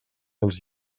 els